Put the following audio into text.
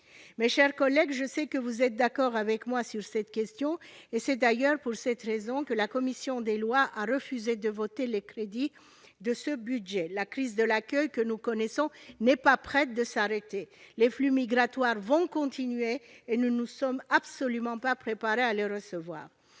Mes chers collègues, je sais que vous êtes d'accord avec moi sur cette question, et c'est d'ailleurs la raison pour laquelle la commission des lois a refusé de voter les crédits de ce budget. La crise de l'accueil, que nous connaissons, n'est pas près de s'arrêter. Les flux migratoires vont se poursuivre, et nous ne sommes absolument pas prêts à les recevoir.